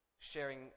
sharing